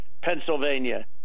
Pennsylvania